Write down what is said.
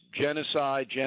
genocide